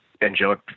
angelic